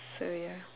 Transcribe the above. so ya